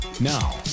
Now